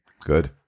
good